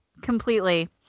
completely